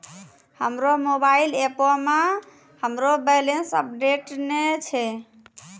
हमरो मोबाइल एपो मे हमरो बैलेंस अपडेट नै छै